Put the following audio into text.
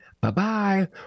Bye-bye